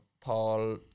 Paul